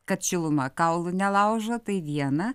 kad šiluma kaulų nelaužo tai viena